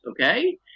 okay